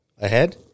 ahead